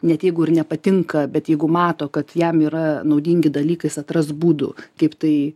net jeigu ir nepatinka bet jeigu mato kad jam yra naudingi dalykai jis atras būdų kaip tai